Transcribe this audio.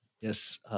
Yes